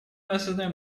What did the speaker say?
осознаем